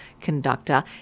conductor